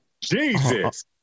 Jesus